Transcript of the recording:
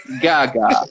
Gaga